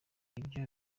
ibyo